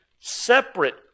separate